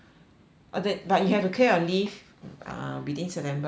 orh 对 but you have to clear your leave within uh september ah or